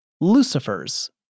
Lucifers